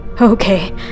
Okay